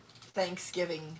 Thanksgiving